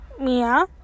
Mia